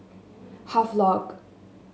Havelock